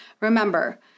Remember